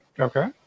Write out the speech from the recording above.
Okay